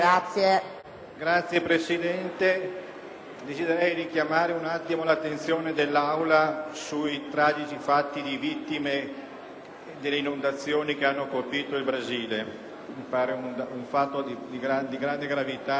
desidererei richiamare l'attenzione dell'Aula sui tragici fatti e sulle vittime delle inondazioni che hanno colpito il Brasile, fatto di grande gravità che richiede l'attenzione di quest'Aula.